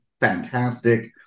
fantastic